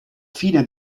fine